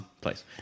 place